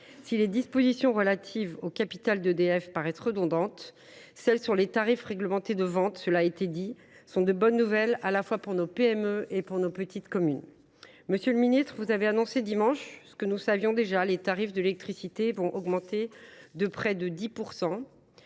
Si les dispositions relatives au capital d’EDF paraissent redondantes, celles sur les tarifs réglementés de vente de l’électricité sont de bonnes nouvelles – je le souligne à mon tour –, à la fois pour nos TPE et pour nos petites communes. Monsieur le ministre, vous avez annoncé dimanche ce que nous savions déjà : les tarifs de l’électricité vont augmenter de près de 10 %.